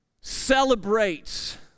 celebrates